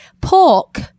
pork